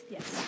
Yes